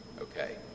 Okay